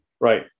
Right